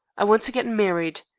i want to get married.